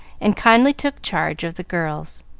and kindly took charge of the girls.